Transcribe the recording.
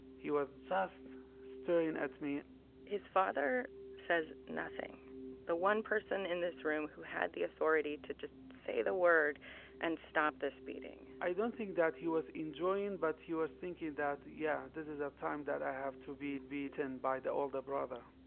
he was just staring at me his father says nothing the one person in this room who had the authority to just say the word and stop this beating i don't think that he was enjoying, but he was thinking that, yeah, this is a time that i have to be beaten by the older brother